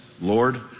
Lord